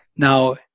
Now